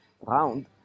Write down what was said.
round